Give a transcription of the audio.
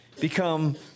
become